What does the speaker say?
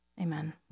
Amen